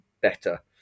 better